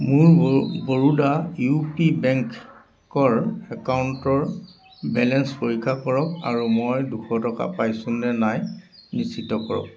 মোৰ ব Baroda U P bank কৰ একাউণ্টৰ বেলেঞ্চ পৰীক্ষা কৰক আৰু মই দুশ টকা পাইছো নে নাই নিশ্চিত কৰক